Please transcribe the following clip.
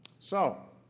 so,